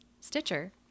Stitcher